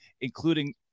including